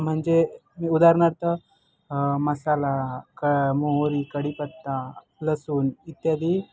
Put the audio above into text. म्हणजे उदाहरणार्थ मस्साला क मोहरी कढीपत्ता लसूण इत्यादी